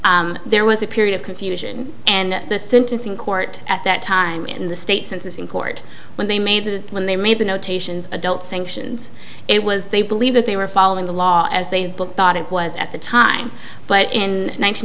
there was a period of confusion and the sentencing court at that time in the state census in court when they made the when they made the notations adult sanctions it was they believe that they were following the law as they thought it was at the time but in